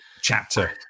chapter